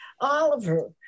Oliver